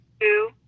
two